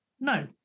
no